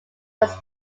was